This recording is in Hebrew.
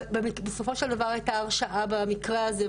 בסופו של דבר הייתה הרשעה במקרה הזה.